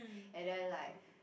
and then like